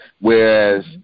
whereas